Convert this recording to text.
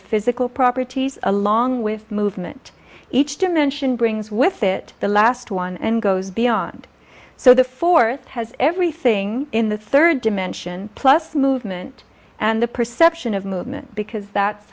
of physical properties along with the movement each dimension brings with it the last one and goes beyond so the fourth has everything in the third dimension plus movement and the perception of movement because that's